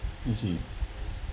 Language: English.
is he